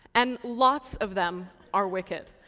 and lots of them are wicked.